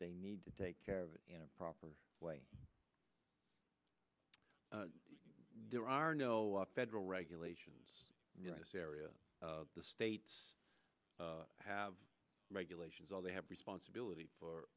they need to take care of it in a proper way there are no federal regulations you know this area of the state have regulations all they have responsibility for